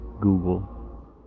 Google